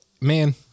man